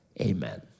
amen